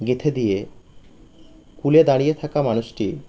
গেঁথে দিয়ে কূলে দাঁড়িয়ে থাকা মানুষটি